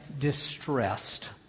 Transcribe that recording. distressed